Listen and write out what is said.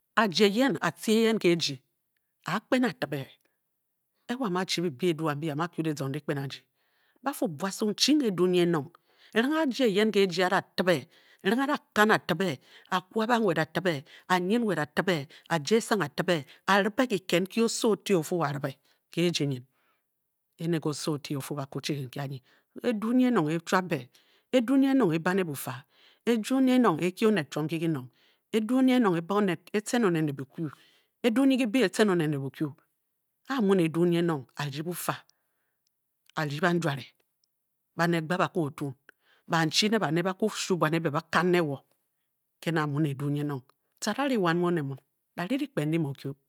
Ajie eyen, atci eyen ke ejÙ a- a kpen a- tibe, e wo amu aching be bi edu, a- mu a- kyung kibyi dyikpen andi Ba fu buasung chung edu nyi enong kirenghe ajie eyen a- da tibe, kirenghe a- da kan a- tìbé, a- kwa banwed a- tibe, a nyid nwed a- tibe a- ja esang a- tibe, a- rìbé kìked nki oso o- ti o o- fu Ene nke oso o- ti o- fu ba kwu chi nki anyi. Edu nyi enong e-e chuap be b, edu nyi enong e- e- ba oned ne bu fa, edu nyi enonh e-kyi oned chiom nki kinong, edu nyi enonge- tien oned ne bukyu Edu nyi kìbê e- tcen oned ne bukyu, a a muu ne edu nyu enong a- rdi bufa, a- rdi banjuare, banned gbad ba- kwu o- tun. Banchi ne bane bakwu shuu buan e- be ne edu nyi enong, tca a-da ri wan mu oned mun, da-ri dyikpen ndi mu o- kyu.